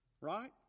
Right